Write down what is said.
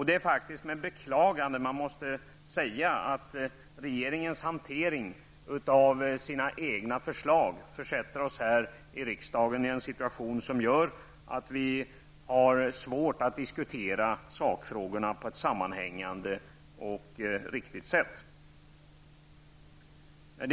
Det är faktiskt med beklagan man måste säga att regeringens hantering av de egna förslagen gör att vi här i riksdagen har svårt att diskutera sakfrågorna på ett sammanhängande och riktigt sätt.